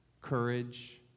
courage